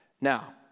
Now